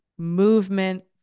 movement